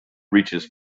reaches